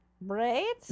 Right